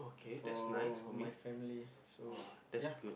for my family so ya